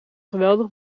geweldig